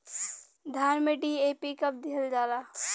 धान में डी.ए.पी कब दिहल जाला?